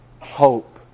hope